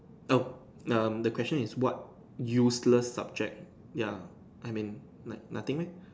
err the question is what useless subject ya I mean like nothing meh